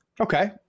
Okay